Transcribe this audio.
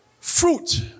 fruit